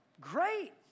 Great